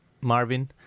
Marvin